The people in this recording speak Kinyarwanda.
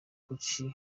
gucci